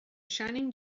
shining